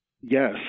Yes